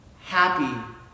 happy